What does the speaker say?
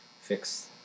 fix